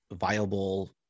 viable